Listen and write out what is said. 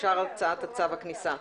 הצעת צו הכניסה אושר.